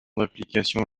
d’application